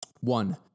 one